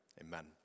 Amen